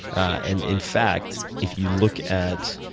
and in fact, if you look at